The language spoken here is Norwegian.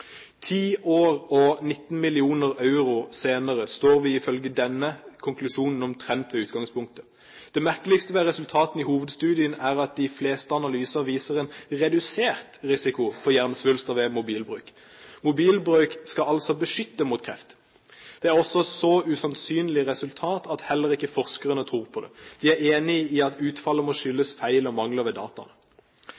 Ti år og 19 mill. euro senere står vi, ifølge denne konklusjonen, omtrent ved utgangspunktet. Det merkeligste ved resultatene i hovedstudien er at de fleste analysene viser en redusert risiko for hjernesvulst ved mobilbruk. Mobilbruk skal altså beskytte mot kreft! Dette er et så usannsynlig resultat at heller ikke forskerne tror på det. De er enig i at utfallet må